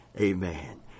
Amen